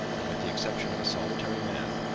and with the exception of a solitary man,